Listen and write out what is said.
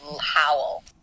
howl